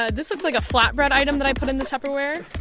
ah this looks like a flat bread item that i put in the tupperware.